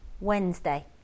Wednesday